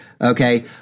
Okay